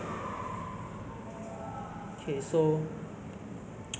the the look is never mind lah you know it's like I think natural is the best ah